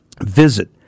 Visit